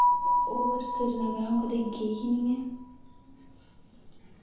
और सिरीनगर अ 'ऊं कदें गेई नि ऐ